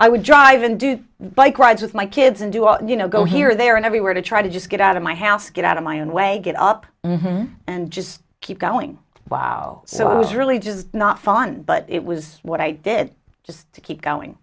i would drive and do bike rides with my kids and do all you know go here there and everywhere to try to just get out of my house get out of my own way get up and just keep going while so it was really just not fun but it was what i did just to keep going